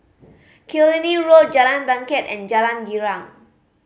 Killiney Road Jalan Bangket and Jalan Girang